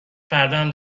فرداهم